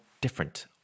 different